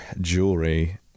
jewelry